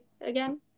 again